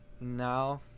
now